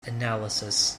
analysis